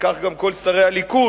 וכך גם כל שרי הליכוד